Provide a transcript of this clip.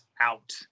out